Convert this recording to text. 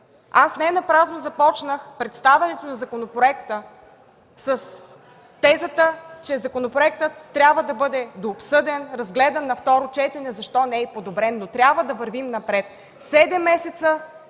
Ненапразно започнах представянето на законопроекта с тезата, че той трябва да бъде дообсъден, разгледан на второ четене, защо не и подобрен, но трябва да вървим напред. Седем